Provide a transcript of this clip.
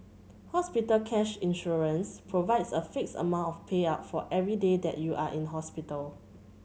hospital cash insurance provides a fixed amount of payout for every day that you are in hospital